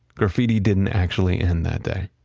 graffiti didn't actually end that day